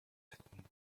чадна